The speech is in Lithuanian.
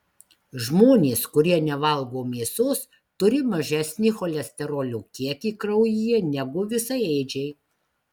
žmonės kurie nevalgo mėsos turi mažesnį cholesterolio kiekį kraujyje negu visaėdžiai